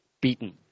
beaten